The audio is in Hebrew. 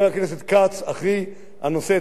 הנושא את השם של כצל'ה גם כן,